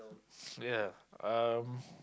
ya um